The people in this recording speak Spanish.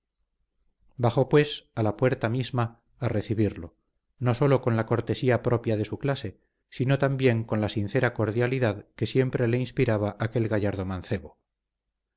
bajó pues a la puerta misma a recibirlo no sólo con la cortesía propia de su clase sino también con la sincera cordialidad que siempre le inspiraba aquel gallardo mancebo